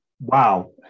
wow